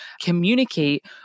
communicate